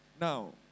Now